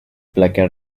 placa